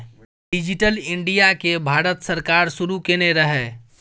digital India केँ भारत सरकार शुरू केने रहय